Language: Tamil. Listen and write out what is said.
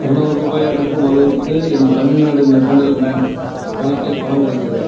அறுநூறு ரூபாய் அனுப்பும் அளவுக்கு என் தமிழ்நாடு மெர்கண்டைல் பேங்க் கணக்கில் பணம் இருக்கிறதா